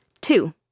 two